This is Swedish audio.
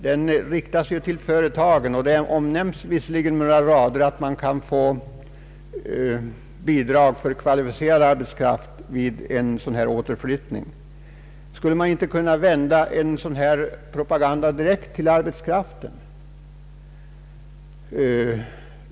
Den riktar sig endast till företagen, och där nämns i några rader att man kan få bidrag för återflyttning av kvalificerad arbetskraft. Skulle man inte kunna rikta en sådan propaganda direkt till arbetskraften?